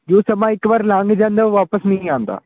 ਜੋ ਸਮਾਂ ਇੱਕ ਵਾਰ ਲੰਘ ਜਾਂਦਾ ਹੈ ਉਹ ਵਾਪਸ ਨਹੀਂ ਆਉਂਦਾ